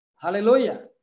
Hallelujah